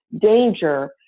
danger